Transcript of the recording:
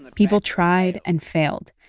but people tried and failed.